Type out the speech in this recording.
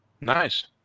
nice